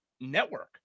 network